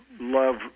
love